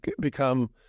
become